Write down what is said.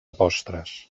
postres